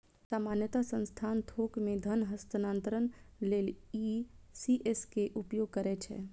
सामान्यतः संस्थान थोक मे धन हस्तांतरण लेल ई.सी.एस के उपयोग करै छै